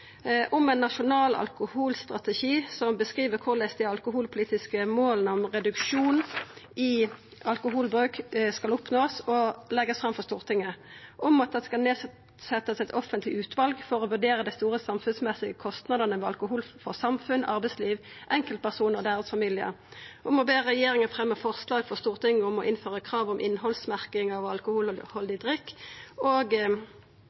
om ein nasjonal alkoholstrategi som beskriv korleis dei alkoholpolitiske måla om reduksjon i alkoholbruk skal oppnåast og leggjast fram for Stortinget om at det skal setjast ned eit offentleg utval for å vurdera dei store samfunnsmessige kostnadene ved alkohol for samfunn, arbeidsliv, enkeltpersonar og deira familiar om å be regjeringa fremja forslag for Stortinget om å innføra krav om innhaldsmerking av